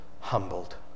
humbled